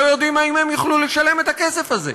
יודעים אם הם יוכלו לשלם את הכסף הזה.